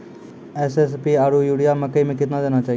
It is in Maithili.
एस.एस.पी आरु यूरिया मकई मे कितना देना चाहिए?